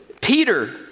Peter